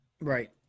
right